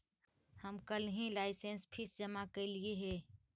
हम कलहही licence fee जमा करयलियइ हे